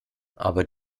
aber